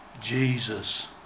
Jesus